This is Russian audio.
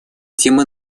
тема